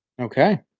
Okay